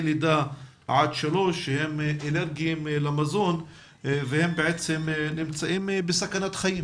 לידה-3 שהם אלרגיים למזון והם בעצם נמצאים בסכנת חיים,